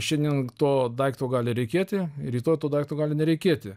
šiandien to daikto gali reikėti rytoj to daikto gali nereikėti